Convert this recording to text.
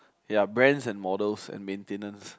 ya brands and models and maintenance